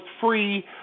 free